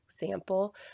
example